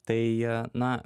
tai na